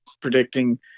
predicting